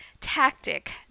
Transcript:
tactic